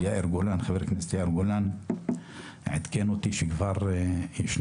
חבר הכנסת יאיר גולן עדכן אותי שיש כבר הצעת